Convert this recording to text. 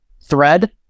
thread